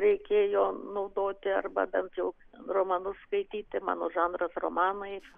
reikėjo naudoti arba bent jau romanus skaityti mano žanras romanai